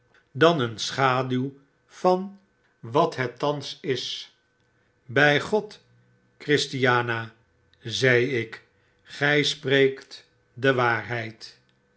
dan een schaduw van wat het thans is by god christiana zeide ik grij spreekt de waarheid